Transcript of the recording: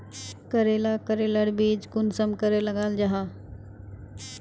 करेला करेलार बीज कुंसम करे लगा जाहा?